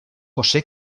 josé